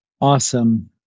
Awesome